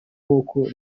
nkoko